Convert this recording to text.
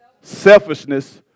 selfishness